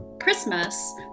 Christmas